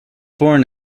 born